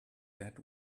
that